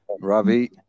Ravi